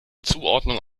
zuordnung